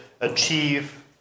achieve